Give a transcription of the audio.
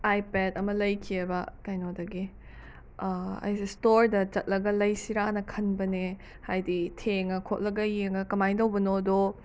iPad ꯑꯃ ꯂꯩꯈꯤꯑꯕ ꯀꯩꯅꯣꯗꯒꯤ ꯑꯩꯖꯦ ꯁ꯭ꯇꯣꯔꯗ ꯆꯠꯂꯒ ꯂꯩꯁꯤꯔꯅ ꯈꯟꯕꯅꯦ ꯍꯥꯏꯗꯤ ꯊꯦꯡꯉ ꯈꯣꯠꯂꯒ ꯌꯦꯡꯉ ꯀꯃꯥꯏ ꯇꯧꯕꯅꯣꯗꯣ